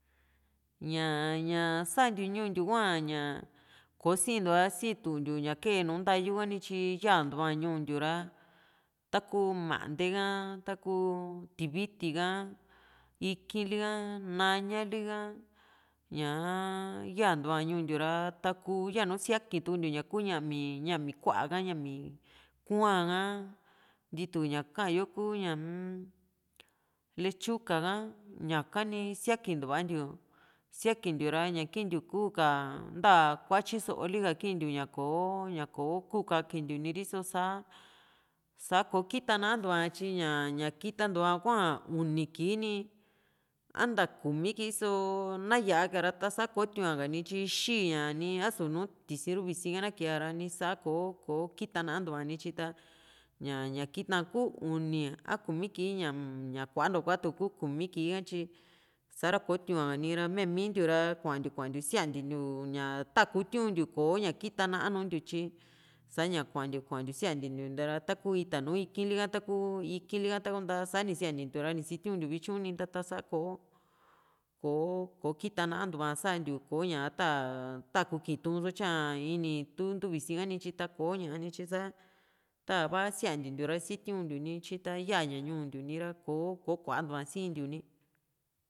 ña ña santiu ñuu ntiu hua ña kosintua sitiuntiu ña kee nu ntayu ha nityi yaa´ntua ñuu ntiu ra taku mante ka taku tiviti ka, iki´n li´ha naña li´ha ñaa yantua ñuu ntiu ra takuu yanu siakintuntiu ñaku ña´mi ña´mi kuá ka ña´mi, ñami kua´n ka ntitu ña ka´yo kuu un letyuka ka, ñaka ni siaki ntua ntiu, siakintiu ra ña kintiu kuu ka nta kuatyi soo lika hua kintiu kò´o ña koo kuu kakintiu ni ri´so saa saa koo kita nantua tyi ña ña kitantua hua uni kii ni a ntaa kumi kii so na yaa´ka ra ta sa ko tiu´aka nityi xíí ña ni a su tisi ru visi na keara sako kò´o kita nantua nityi ta ña ña kita kuu uni a kumi kii ñaa-m ña kuantua kuatu ku kumi kii hatyi sa´ra ko tiunkani ra mia mintiu ra kuantiu kuantiu siantentiu ña ta kutuntiu kò´o ña kita na´a nuntiu tyi sa ña kuantiu kuantiu siantentiu ra ta kuu ita nùù iki´n li´ha taku iki´n ha nta tani siantentiu ra sitiuntiu vityuni ra ta´sa kò´o ko ko kita nantua santiu koña ta ta kuki tuun tya ini tu ntu visi ka ni tyi ta koña nityi sa ta va siantentiu ra sitiuntiu ni tyi ta yaa ña ñuu ntiu ni ra kò´o kò´o kuntua sintiu ni